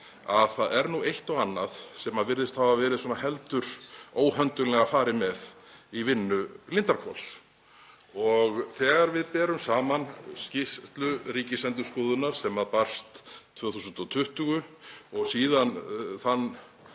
að það er eitt og annað sem virðist hafa verið heldur óhönduglega farið með í vinnu Lindarhvols. Þegar við berum saman skýrslu Ríkisendurskoðunar sem barst 2020 og síðan þann